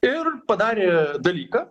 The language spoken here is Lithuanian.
ir padarė dalyką